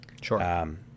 Sure